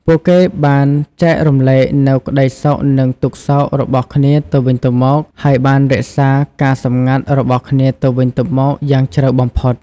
ពួកគេបានចែករំលែកនូវក្តីសុខនិងទុក្ខសោករបស់គ្នាទៅវិញទៅមក ហើយបានរក្សាការសម្ងាត់របស់គ្នាទៅវិញទៅមកយ៉ាងជ្រៅបំផុត។